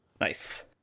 Nice